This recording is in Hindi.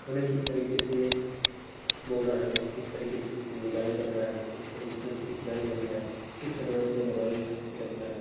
उन्हें किस तरीके से बोना है किस तरीके से उसको निदाई करना है किस तरीके से उसकी खुदाई करना है किस समय उसमें दवाई छिड़कना है